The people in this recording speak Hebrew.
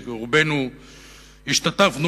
כשרובנו השתתפנו